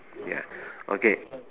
ya okay